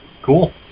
Cool